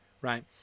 right